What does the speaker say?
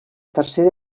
tercera